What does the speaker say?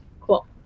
Cool